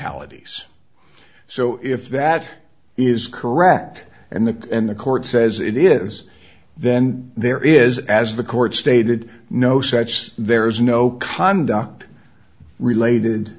es so if that is correct and the and the court says it is then there is as the court stated no such there's no conduct related